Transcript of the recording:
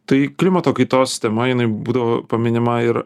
tai klimato kaitos tema jinai būdavo paminima ir